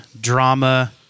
drama